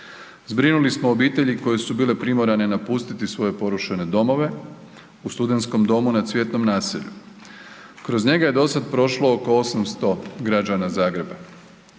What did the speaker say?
Zbrinuli smo obitelji koje su bile primorane napustiti svoje porušene domove, u Studentskom domu na Cvjetnom naselju. Kroz njega je dosada prošlo oko 800 građana Zagreba.